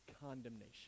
condemnation